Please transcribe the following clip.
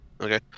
Okay